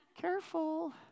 careful